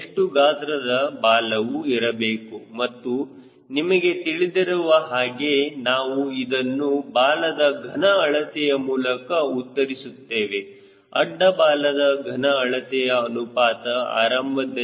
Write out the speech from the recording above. ಎಷ್ಟು ಗಾತ್ರದ ಬಾಲವು ಇರಬೇಕು ಮತ್ತು ನಿಮಗೆ ತಿಳಿದಿರುವ ಹಾಗೆ ನಾವು ಅದನ್ನು ಬಾಲದ ಘನ ಅಳತೆಯ ಮೂಲಕ ಉತ್ತರಿಸುತ್ತೇವೆ ಅಡ್ಡ ಬಾಲದ ಘನ ಅಳತೆಯ ಅನುಪಾತವು ಆರಂಭದಲ್ಲಿ 0